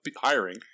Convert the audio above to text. hiring